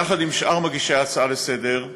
יחד עם שאר מגישי ההצעה לסדר-היום,